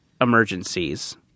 emergencies